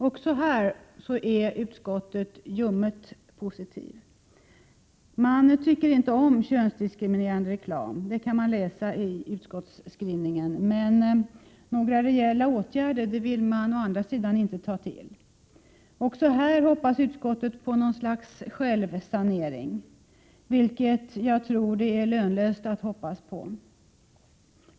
Också här är utskottet ljumt positivt. Utskottet tycker inte om könsdiskriminerande reklam — det kan utläsas av skrivningen — men några reella åtgärder vill man inte ta till. Också här hoppas utskottet på något slags självsanering, vilket jag tror att det är lönlöst att hoppas på.